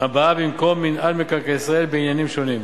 הבאה במקום מינהל מקרקעי ישראל בעניינים שונים.